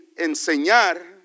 enseñar